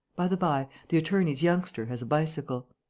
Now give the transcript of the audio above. by the by, the attorney's youngster has a bicycle.